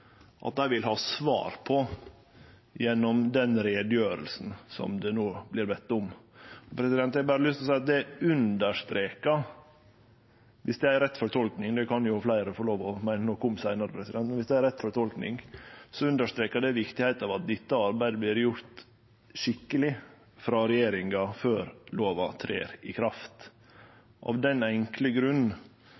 at dei vil ha svar på det gjennom den utgreiinga som det no vert bedt om. Eg har berre lyst til å seie at dersom det er rett fortolking – det kan jo fleire få meine noko om seinare – understrekar det viktigheita av at dette arbeidet vert gjort skikkeleg frå regjeringa før lova trer i kraft,